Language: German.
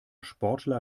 sportler